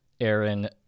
Aaron